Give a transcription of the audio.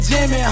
Jimmy